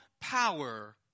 power